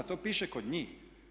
To piše kod njih.